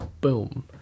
boom